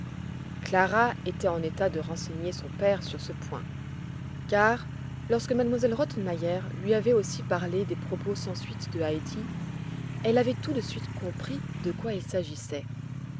clara était en état de renseigner son père sur ce point car lorsque m elle rottenmeier lui avait aussi parlé des propos sans suite de heidi elle avait tout de suite compris de quoi il s'agissait